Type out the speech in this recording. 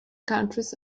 countries